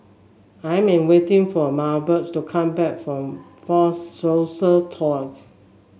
I'm waiting for Milburn to come back from Fort Siloso Tours